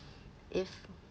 if